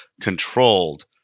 controlled